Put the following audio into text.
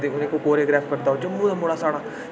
ते कोरियोग्राफर जम्मू दा मुड़ा साढ़ा